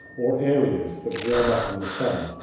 or areas that warm up in the sun